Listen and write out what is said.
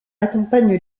accompagne